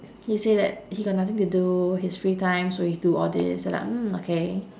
he say that he got nothing to do his free time so he do all this then I'm mm okay